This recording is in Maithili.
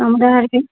हमरा आरके